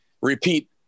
repeat